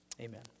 Amen